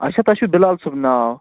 اچھا تۄہہِ چھُ بِلال صٲب ناو